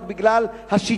רק בגלל השיטה.